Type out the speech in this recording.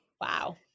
Wow